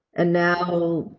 and now,